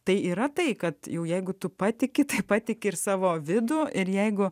tai yra tai kad jau jeigu tu patiki tai patiki ir savo vidų ir jeigu